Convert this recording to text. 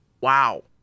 Wow